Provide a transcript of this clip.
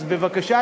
אז בבקשה,